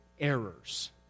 errors